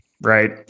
right